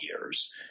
years